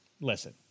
Listen